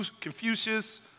Confucius